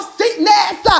sickness